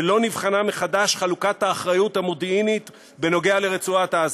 ולא נבחנה מחדש חלוקת האחריות המודיעינית בנוגע לרצועת-עזה,